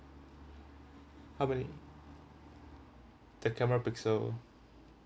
how many the camera pixel